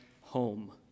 home